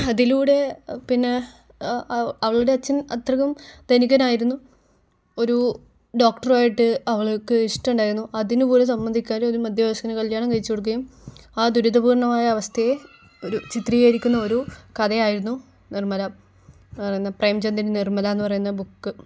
അതിലൂടെ പിന്നെ അവളുടെ അച്ഛൻ അത്രയ്ക്കും ധനികനായിരുന്നു ഒരു ഡോക്ടറുമായിട്ട് അവൾക്ക് ഇഷ്ടം ഉണ്ടായിരുന്നു അതിനുപോലും സമ്മതിക്കാതെ ഈ മധ്യവയസ്കന് കല്ല്യാണം കഴിച്ചു കൊടുക്കയും ആ ദുരിത പൂർണമായ അവസ്ഥയെ ഒരു ചിത്രീകരിക്കുന്ന ഒരു കഥയായിരുന്നു നിർമ്മല എന്ന് പറയുന്ന പ്രേമചന്ദിൻ്റെ നിർമ്മല എന്ന് പറയുന്ന ബുക്ക്